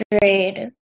grade